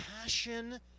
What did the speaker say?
passion